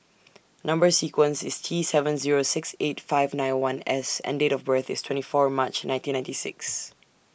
Number sequence IS T seven Zero six eight five nine one S and Date of birth IS twenty four March nineteen ninety six